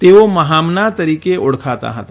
તેઓ મહામના તરીકે ઓળખાતા હતા